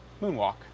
moonwalk